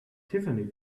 tiffany